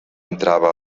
entrava